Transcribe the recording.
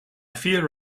fear